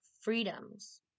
freedoms